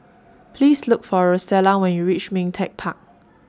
Please Look For Rosella when YOU REACH Ming Teck Park